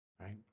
right